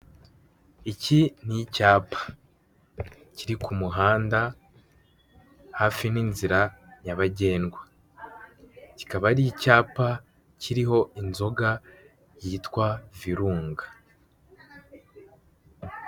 Iki ni icyapa kiri ku muhanda hafi n'inzira nyabagendwa kikaba ari icyapa kiriho inzoga yitwa Virunga.